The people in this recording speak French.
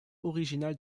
originale